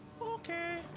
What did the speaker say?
Okay